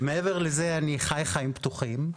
מעבר לזה אניח חי חיים פתוחים.